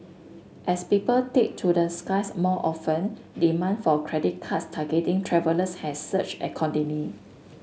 as people take to the skies more often demand for credit cards targeting travellers has surged accordingly